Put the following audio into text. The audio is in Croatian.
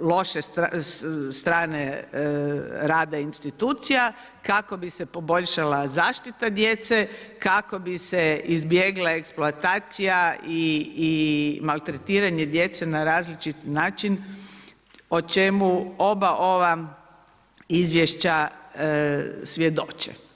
loše strane rada institucija, kako bi se poboljšala zaštita djeca, kako bi se izbjegla eksploatacija i maltretiranje djece na različit način o čemu oba ova izvješća svjedoče.